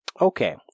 okay